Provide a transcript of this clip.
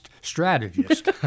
strategist